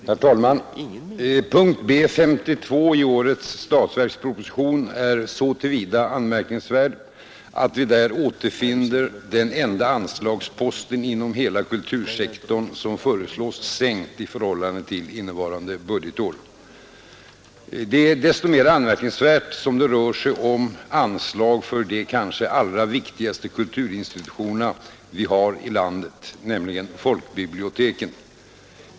Herr talman! Punkt B 52 i årets statsverksproposition är så till vida anmärkningsvärd att vi där återfinner den enda anslagspost inom hela kultursektorn som föreslås sänkt i förhållande till innevarande budgetår. Detta är desto mera anmärkningsvärt, som det rör sig om anslag för de kanske allra viktigaste kulturinstitutioner vi har i landet — nämligen folkbiblioteken.